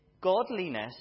godliness